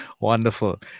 Wonderful